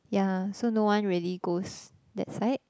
ya so no one really goes that side